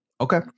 Okay